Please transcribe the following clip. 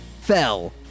Fell